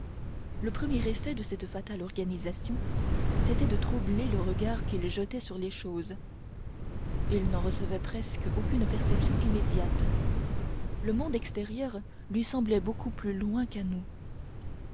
le premier effet de cette fatale organisation c'était de troubler le regard qu'il jetait sur les choses il n'en recevait presque aucune perception immédiate le monde extérieur lui semblait beaucoup plus loin qu'à nous